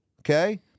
okay